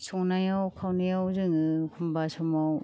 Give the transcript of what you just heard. संनायाव खावनायाव जोङो एखनबा समाव